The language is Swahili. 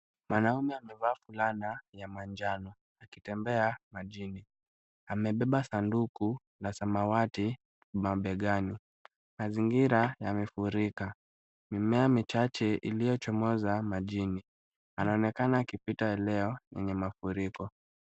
Mwanaume amevaa fulana ya manjano akitembea majini. Amebeba sanduku la samawati mabegani. Mazingira yamefurika. Mimea michache iliyochomoza majini. Anaonekana akipita eneo lenye mafuriko.